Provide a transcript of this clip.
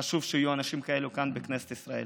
חשוב שיהיו אנשים כאלה כאן בכנסת ישראל.